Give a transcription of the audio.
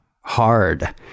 Hard